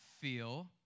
feel